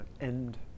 end